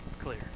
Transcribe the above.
clear